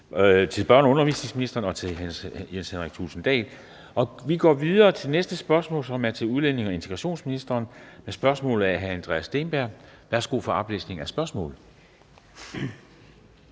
til børne- og undervisningsministeren og hr. Jens Henrik Thulesen Dahl. Vi går videre til næste spørgsmål, som er til udlændinge- og integrationsministeren. Spørgsmålet er fra hr. Andreas Steenberg. Kl. 14:28 Spm.